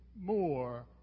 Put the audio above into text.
more